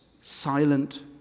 silent